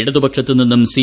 ഇടതുപക്ഷത്തുനിന്നും C